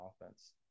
offense